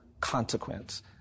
consequence